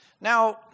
Now